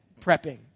prepping